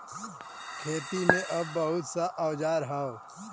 खेती में अब बहुत सा औजार हौ